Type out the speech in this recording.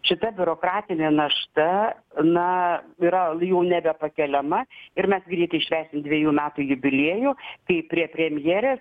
šita biurokratinė našta na yra jau nebepakeliama ir mes greitai švęs dvejų metų jubiliejų kai prie premjerės